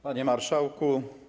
Panie Marszałku!